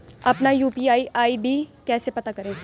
अपना UPI ID कैसे पता करें?